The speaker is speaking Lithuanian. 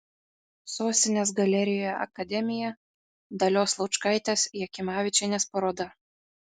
sostinės galerijoje akademija dalios laučkaitės jakimavičienės paroda